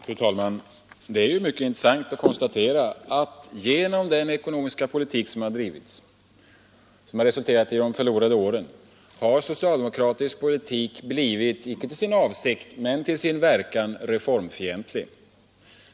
Fru talman! Det är mycket intressant att konstatera att den socialdemokratiska politiken, genom den ekonomiska politik som har bedrivits och som har resulterat i de förlorade åren, har blivit reformfientlig inte till sin avsikt men till sin verkan.